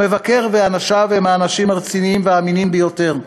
המבקר ואנשיו הם האנשים הרציניים והאמינים ביותר,